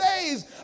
days